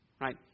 right